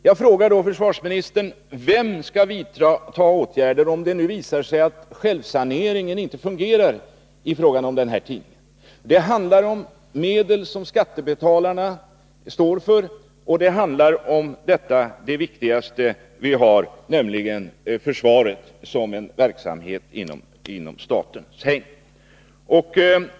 Jag frågar försvarsministern: Vem skall vidta åtgärder, om det nu visar sig att självsaneringen inte fungerar i fråga om denna tidning? Det handlar om medel som skattebetalarna står för och om det viktigaste vi har, nämligen försvaret som en verksamhet inom statens hägn.